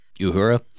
Uhura